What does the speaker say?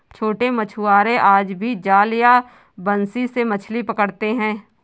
छोटे मछुआरे आज भी जाल या बंसी से मछली पकड़ते हैं